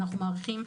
אנחנו מעריכים,